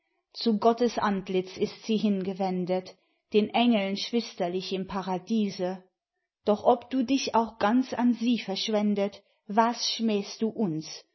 zu gottes antlitz ist sie hingewendet den engeln schwisterlich im paradiese doch ob du dich auch ganz an sie verschwendet was schmähst du uns